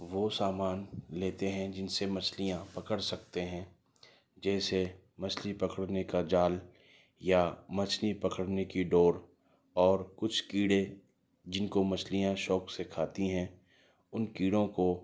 وہ سامان لیتے ہیں جن سے مچھلیاں پکڑ سکتے ہیں جیسے مچھلی پکڑنے کا جال یا مچھلی پکڑنے کی ڈور اور کچھ کیڑے جن کو مچھلیاں شوق سے کھاتی ہیں ان کیڑوں کو